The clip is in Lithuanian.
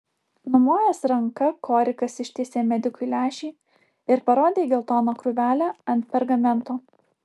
numojęs ranka korikas ištiesė medikui lęšį ir parodė į geltoną krūvelę ant pergamento